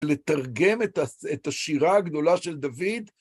לתרגם את השירה הגדולה של דוד.